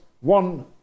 one